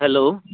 hello